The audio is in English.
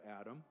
Adam